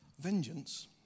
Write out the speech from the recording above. Vengeance